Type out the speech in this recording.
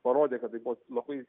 parodė kad tai buvo labai